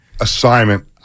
assignment